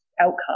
outcome